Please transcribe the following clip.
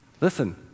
Listen